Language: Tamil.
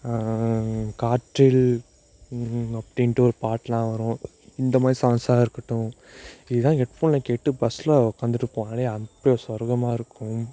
காற்றில் அப்படின்ட்டு ஒரு பாட்டுலாம் வரும் இந்தமாதிரி சாங்ஸாக இருக்கட்டும் இதுலாம் ஹெட்ஃபோனில் கேட்டு பஸ்ஸில் உக்காந்துட்டு போனாலே சொர்கமாக இருக்கும்